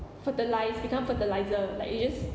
fertilise become fertiliser like you just